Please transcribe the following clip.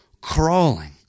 crawling